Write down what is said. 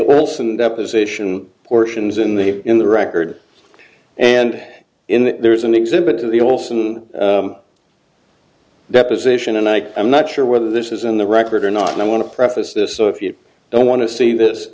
wilson deposition portions in the in the record and in there is an exhibit of the olson deposition and i i'm not sure whether this is in the record or not and i want to preface this so if you don't want to see this